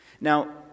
Now